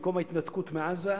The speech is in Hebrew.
במקום ההתנתקות מעזה,